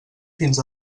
fins